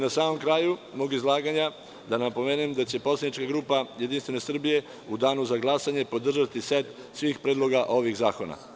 Na samom kraju mog izlaganja da napomenem da će poslanička grupa JS u danu za glasanje podržati set svih predloga ovih zakona.